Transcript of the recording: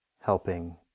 helping